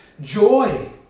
Joy